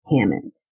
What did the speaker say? Hammond